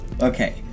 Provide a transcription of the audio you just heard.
Okay